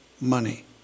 money